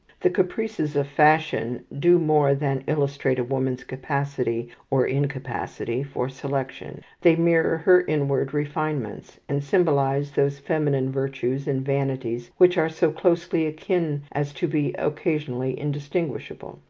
the caprices of fashion do more than illustrate a woman's capacity or incapacity for selection. they mirror her inward refinements, and symbolize those feminine virtues and vanities which are so closely akin as to be occasionally undistinguishable.